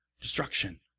Destruction